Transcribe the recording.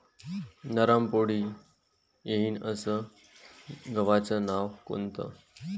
नरम पोळी येईन अस गवाचं वान कोनचं?